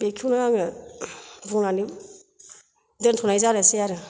बेखौनो आङो बुंनानै दोनथ'नाय जानोसै आरो